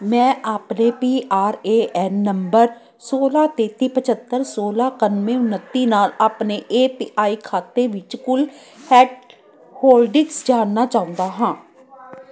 ਮੈਂ ਆਪਣੇ P R A N ਨੰਬਰ ਸੋਲਾਂ ਤੇਤੀ ਪੰਝੱਤਰ ਸੋਲਾਂ ਇਕਾਨਵੇਂ ਉਣੱਤੀ ਨਾਲ ਆਪਣੇ ਏ ਪੀ ਆਈ ਖਾਤੇ ਵਿੱਚ ਕੁੱਲ ਹੈਡ ਹੋਲਡਿੰਗਜਸ ਜਾਣਨਾ ਚਾਹੁੰਦਾ ਹਾਂ